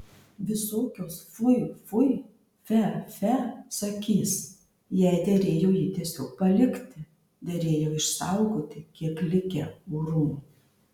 visokios fui fui fe fe sakys jai derėjo jį tiesiog palikti derėjo išsaugoti kiek likę orumo